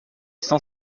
cent